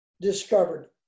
discovered